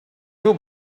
two